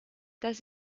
das